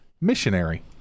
missionary